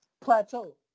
plateau